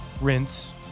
rinse